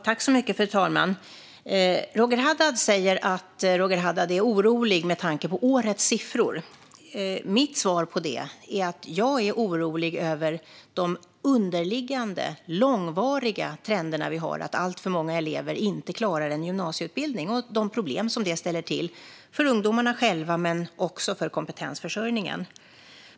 Fru talman! Roger Haddad säger att han är orolig med tanke på årets siffror. Mitt svar på det är att jag är orolig över de underliggande, långvariga trender vi har att alltför många elever inte klarar en gymnasieutbildning och över de problem som detta ställer till såväl för ungdomarna själva som för kompetensförsörjningen.